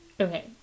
okay